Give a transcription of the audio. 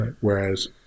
Whereas